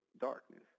darkness